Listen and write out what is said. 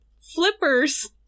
flippers